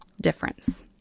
difference